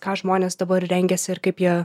ką žmonės dabar rengiasi ir kaip jie